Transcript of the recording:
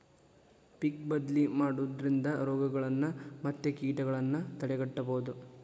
ಪಿಕ್ ಬದ್ಲಿ ಮಾಡುದ್ರಿಂದ ರೋಗಗಳನ್ನಾ ಮತ್ತ ಕೇಟಗಳನ್ನಾ ತಡೆಗಟ್ಟಬಹುದು